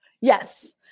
Yes